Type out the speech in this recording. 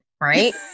right